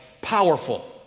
powerful